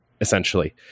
essentially